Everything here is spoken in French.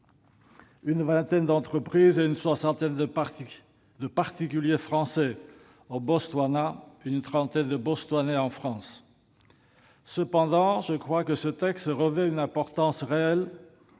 une vingtaine d'entreprises et une soixantaine de particuliers français au Botswana, une trentaine de Botswanais en France. Cependant, ce texte me semble revêtir une importance réelle